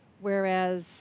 whereas